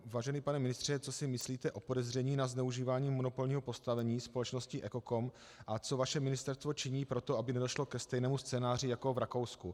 Vážený pane ministře, co si myslíte o podezření na zneužívání monopolního postavení společnosti EKOKOM a co vaše ministerstvo činí pro to, aby nedošlo ke stejnému scénáři jako v Rakousku?